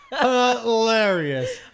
Hilarious